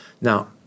Now